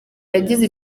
yagize